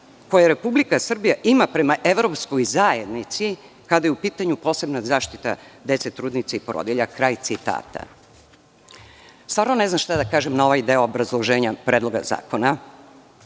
koje Republika Srbija ima prema evropskoj zajednici kada je u pitanju posebna zaštita dece, trudnica i porodilja“. Kraj citata. Stvarno ne znam šta da kažem na ovaj deo obrazloženja Predloga zakona.